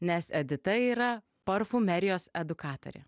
nes edita yra parfumerijos edukatorė